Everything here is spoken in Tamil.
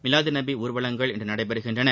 மிலாது நபி ஊர்வலங்கள் இன்று நடைபெறுகின்றன